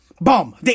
Bum